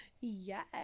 Yes